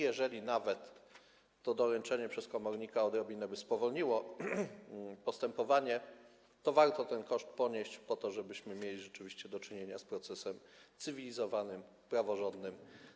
Jeżeli nawet to doręczenie przez komornika odrobinę spowolniłoby postępowanie, to warto ten koszt ponieść po to, żebyśmy rzeczywiście mieli do czynienia z procesem cywilizowanym, praworządnym.